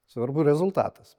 svarbu rezultatas